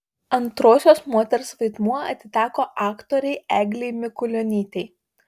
antrosios moters vaidmuo atiteko aktorei eglei mikulionytei